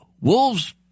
wolves –